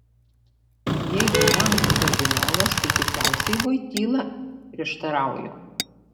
jeigu lenkų kardinolas tai tikriausiai voityla prieštarauju